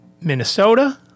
Minnesota